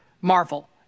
Marvel